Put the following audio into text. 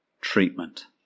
treatment